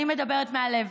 אני מדברת מהלב.